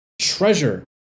treasure